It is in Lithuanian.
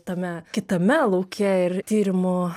tame kitame lauke ir tyrimų